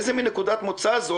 איזו מין נקודת מוצא זו?